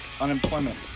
unemployment